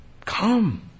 come